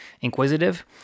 inquisitive